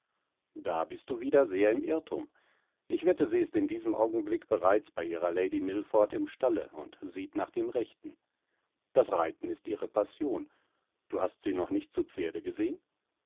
da bist du wieder sehr im irrtum ich wette sie ist in diesem augenblick bereits bei ihrer lady milford im stalle und sieht nach dem rechten das reiten ist ihre passion du hast sie noch nicht zu pferde gesehen